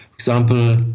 example